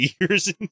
years